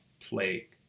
plague